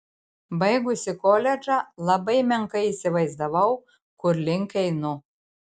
baigusi koledžą labai menkai įsivaizdavau kur link einu